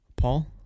Paul